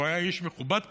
הוא היה איש מכובד כזה,